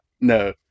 no